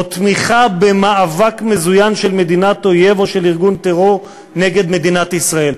או תמיכה במאבק מזוין של מדינת אויב או של ארגון טרור נגד מדינת ישראל.